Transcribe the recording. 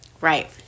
Right